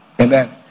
Amen